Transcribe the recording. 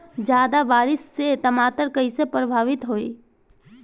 ज्यादा बारिस से टमाटर कइसे प्रभावित होयी?